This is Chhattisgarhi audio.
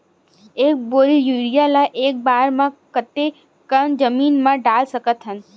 एक बोरी यूरिया ल एक बार म कते कन जमीन म डाल सकत हन?